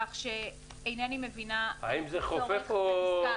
כך שאינני מבינה את הצורך בפסקה 10. האם זה חופף או בנוסף?